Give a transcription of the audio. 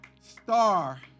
Star